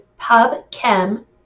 PubChem